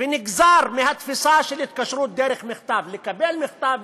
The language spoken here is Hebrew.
נגזר מהתפיסה של התקשרות במכתב: לקבל מכתב,